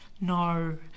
no